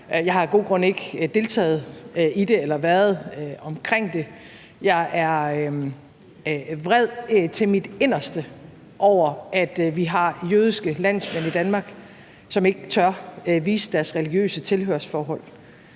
Jeg har af gode grunde ikke deltaget i det eller været omkring det. Jeg er vred til mit inderste over, at vi har jødiske landsmænd i Danmark, som ikke tør vise deres religiøse tilhørsforhold.